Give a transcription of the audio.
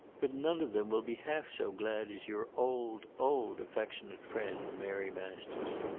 but none of them will be half so glad as your old, old, affectionate friend mary masters.